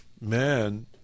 man